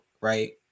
right